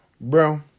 Bro